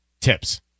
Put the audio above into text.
tips